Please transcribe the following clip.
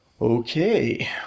okay